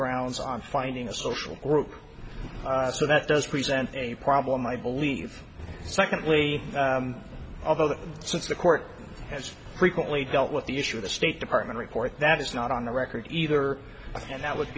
grounds on finding a social worker so that does present a problem i believe secondly although that since the court has frequently dealt with the issue of the state department report that is not on the record either and that would